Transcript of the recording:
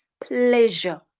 pleasure